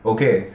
Okay